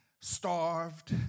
Starved